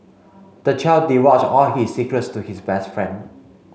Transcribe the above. the child divulged all his secrets to his best friend